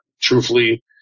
truthfully